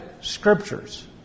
scriptures